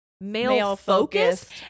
male-focused